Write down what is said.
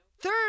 third